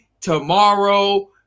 tomorrow